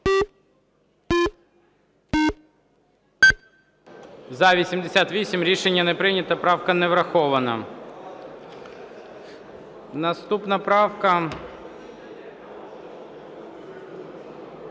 За-88 Рішення не прийнято. Правка не врахована. Наступна правка